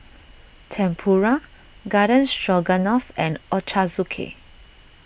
Tempura Garden Stroganoff and Ochazuke